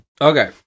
Okay